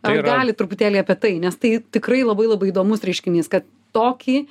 ar galit truputėlį apie tai nes tai tikrai labai labai įdomus reiškinys kad tokį